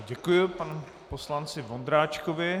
Děkuji panu poslanci Vondráčkovi.